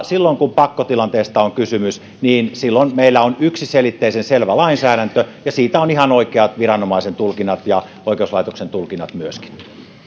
silloin kun pakkotilanteesta on kysymys niin meillä on yksiselitteisen selvä lainsäädäntö ja siitä on ihan oikeat viranomaisen tulkinnat ja oikeuslaitoksen tulkinnat myöskin